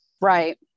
Right